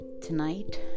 Tonight